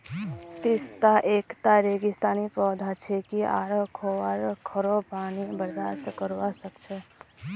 पिस्ता एकता रेगिस्तानी पौधा छिके आर खोरो पानी बर्दाश्त करवार क्षमता राख छे